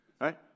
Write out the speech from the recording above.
right